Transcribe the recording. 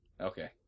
Okay